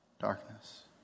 darkness